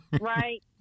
right